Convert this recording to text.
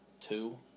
two